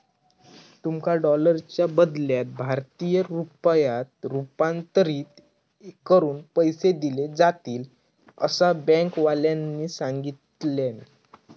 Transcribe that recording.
तुमका डॉलरच्या बदल्यात भारतीय रुपयांत रूपांतरीत करून पैसे दिले जातील, असा बँकेवाल्यानी सांगितल्यानी